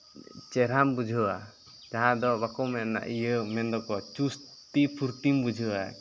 ᱪᱮᱨᱦᱟᱢ ᱵᱩᱡᱷᱟᱹᱣᱟ ᱡᱟᱦᱟᱸ ᱫᱚ ᱵᱟᱠᱚ ᱢᱮᱱᱟ ᱤᱭᱟᱹ ᱢᱮᱱ ᱫᱚᱠᱚ ᱪᱩᱥ ᱛᱤ ᱯᱷᱩᱨᱛᱤᱢ ᱵᱩᱡᱷᱟᱹᱣᱟ